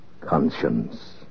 conscience